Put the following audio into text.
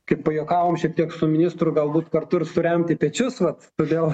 kaip pajuokavom šiek tiek su ministru galbūt kartu ir suremti pečius vat todėl